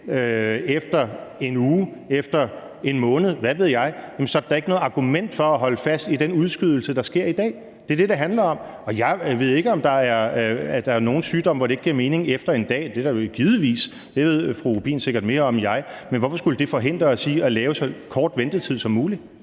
efter en uge, efter en måned, hvad ved jeg, så er der da ikke noget argument for at holde fast i den udskydelse, der sker i dag. Det er det, det handler om. Og jeg ved ikke, om der er nogen sygdom, hvor det ikke giver mening efter en dag. Det er der vel givetvis. Det ved fru Monika Rubin sikkert mere om end jeg. Men hvorfor skulle det forhindre os i at lave så kort ventetid som muligt?